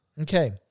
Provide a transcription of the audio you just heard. Okay